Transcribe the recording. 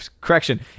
Correction